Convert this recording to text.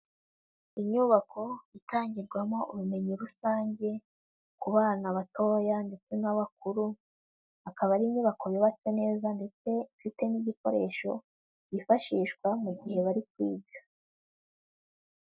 Inyubako itangirwamo ubumenyi rusange ku bana batoya ndetse n'abakuru, akaba ari inyubako yubatse neza ndetse ifite n'ibikoresho byifashishwa mu gihe bari kwiga.